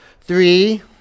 Three